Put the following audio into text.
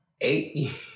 eight